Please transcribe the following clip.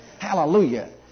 Hallelujah